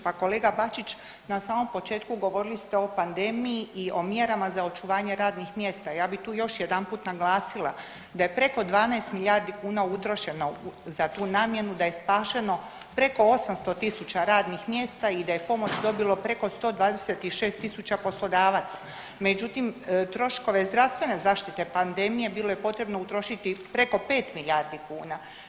Pa kolega Bačić, na samom početku govorili ste o pandemiji i o mjerama za očuvanje radnih mjesta, ja bi tu još jedanput naglasila da je preko 12 milijardi kuna utrošeno za tu namjenu, da je spašeno preko 800 tisuća radnih mjesta i da je pomoć dobilo preko 126 tisuća poslodavaca, međutim troškove zdravstvene zaštite pandemije bilo je potrebno utrošiti preko 5 milijardi kuna.